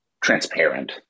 transparent